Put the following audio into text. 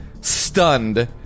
stunned